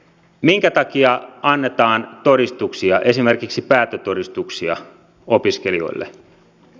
minkä takia annetaan todistuksia esimerkiksi päättötodistuksia opiskelijoille